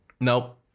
Nope